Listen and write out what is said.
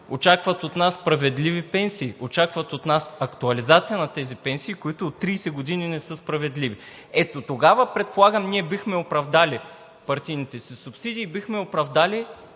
очакват от нас справедливи пенсии, очакват от нас актуализация на тези пенсии, които от 30 години не са справедливи. Ето тогава, предполагам, ние бихме оправдали партийните си субсидии и бихме оправдали